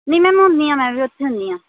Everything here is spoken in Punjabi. ਨਹੀਂ ਮੈਮ ਹੁੰਦੀ ਆ ਮੈਂ ਵੀ ਉਥੇ ਹੁੰਦੀ ਹਾਂ